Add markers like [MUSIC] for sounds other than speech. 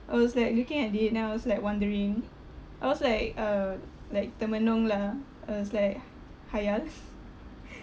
I was like looking at it then I was like wondering I was like uh like termenung lah I was like khayal [LAUGHS]